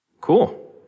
Cool